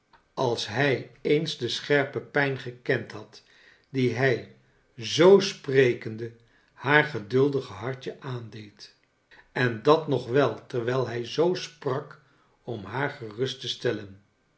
als hij eens de scherpe pijn gekend had die hij zoo sprekende haar geduldige hartje aandeedl en dat nog wel terwijl hij zoo sprak om haar gerust te stellen